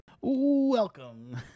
Welcome